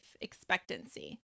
expectancy